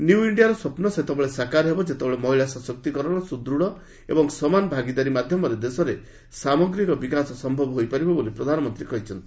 new ଇଣ୍ଡିଆର ସ୍ୱପ୍ନ ସେତେବେଳେ ସାକାର ହେବ ଯେତେବେଳେ ମହିଳା ଶସକ୍ତିକରଣ ସୁଦୃଢ଼ ଏବଂ ସମାନ ଭାଗିଦାରୀ ମାଧ୍ୟମରେ ଦେଶର ସାମଗ୍ରୀକ ବିକାଶ ସମ୍ଭବ ହୋଇପାରିବ ବୋଲି ପ୍ରଧାନମନ୍ତ୍ରୀ କହିଛନ୍ତି